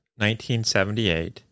1978